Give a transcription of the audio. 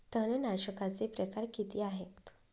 तणनाशकाचे प्रकार किती आहेत?